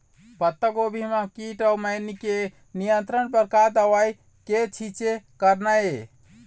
पत्तागोभी म कीट अऊ मैनी के नियंत्रण बर का दवा के छींचे करना ये?